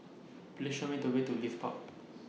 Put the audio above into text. Please Show Me The Way to Leith Park